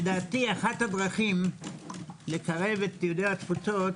לדעתי אחת הדרכים לקרב את יהודי התפוצות